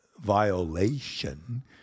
violation